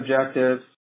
objectives